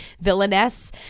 villainess